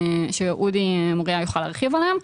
ואודי מוריה יוכל להרחיב עליהם.